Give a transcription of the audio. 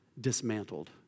dismantled